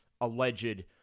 alleged